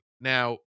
now